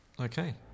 Okay